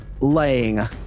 laying